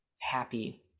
happy